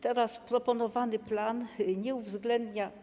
Teraz proponowany plan nie uwzględnia.